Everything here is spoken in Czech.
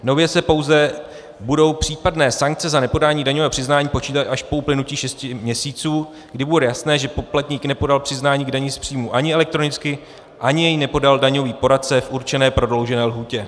Nově se pouze budou případné sankce za nepodání daňového přiznání počítat až po uplynutí šesti měsíců, kdy bude jasné, že poplatník nepodal přiznání k dani z příjmu ani elektronicky, ani je nepodal daňový poradce v určené prodloužené lhůtě.